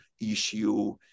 issue